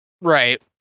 Right